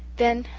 then,